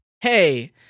Hey